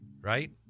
right